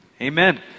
amen